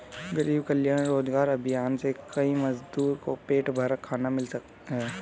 गरीब कल्याण रोजगार अभियान से कई मजदूर को पेट भर खाना मिला है